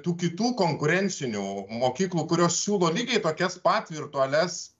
tų kitų konkurencinių mokyklų kurios siūlo lygiai tokias pat virtualias